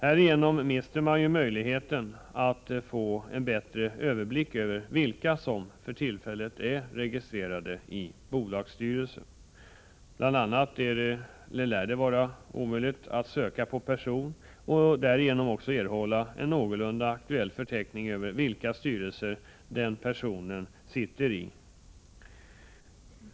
Härigenom mister man möjligheten att få en bättre överblick över vilka som för tillfället är registrerade i bolagsstyrelsen. Det lär vara omöjligt att söka på person och därigenom erhålla en någorlunda aktuell förteckning över vilka styrelser personen i fråga sitter i.